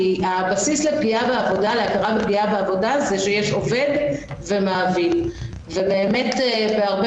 כי הבסיס להכרה בפגיעה בעבודה זה שיש עובד ומעביד ובאמת הרבה